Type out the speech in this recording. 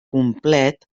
complet